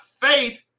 faith